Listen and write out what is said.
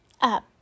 up